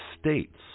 states